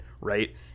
right